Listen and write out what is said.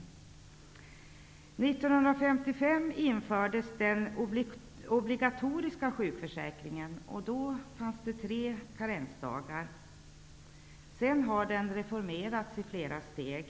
År 1955 infördes den obligatoriska sjukförsäkringen med tre karensdagar. Den har sedan reformerats i flera steg.